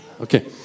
Okay